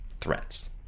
threats